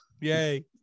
Yay